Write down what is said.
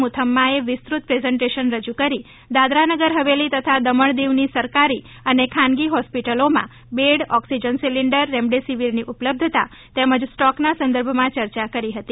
મુથમમાએ વિસ્તૃત પ્રેઝન્ટેશન રજુ કરી દાદરા નગર હવેલી તથા દમણ દીવની સરકારી અને ખાનગી હોસ્પિટલોમાં બેડ ઓક્સિજન સિલીન્ડર રેમડેસીવીરની ઉપલબ્ધતા તેમજ સ્ટોકના સંદર્ભમાં ચર્ચા કરી હતી